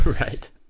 right